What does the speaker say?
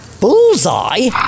Bullseye